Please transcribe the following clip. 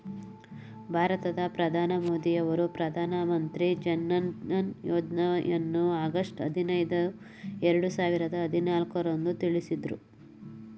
ಭಾರತದ ಪ್ರಧಾನಿ ಮೋದಿ ಅವರು ಪ್ರಧಾನ ಮಂತ್ರಿ ಜನ್ಧನ್ ಯೋಜ್ನಯನ್ನು ಆಗಸ್ಟ್ ಐದಿನೈದು ಎರಡು ಸಾವಿರದ ಹದಿನಾಲ್ಕು ರಂದು ತಿಳಿಸಿದ್ರು